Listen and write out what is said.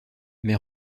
mais